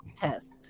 test